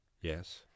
Yes